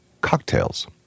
Cocktails